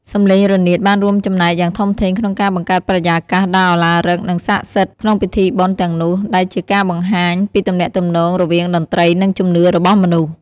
សំឡេងរនាតបានរួមចំណែកយ៉ាងធំធេងក្នុងការបង្កើតបរិយាកាសដ៏ឧឡារិកនិងស័ក្តិសិទ្ធិក្នុងពិធីបុណ្យទាំងនោះដែលជាការបង្ហាញពីទំនាក់ទំនងរវាងតន្ត្រីនិងជំនឿរបស់មនុស្ស។